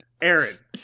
Aaron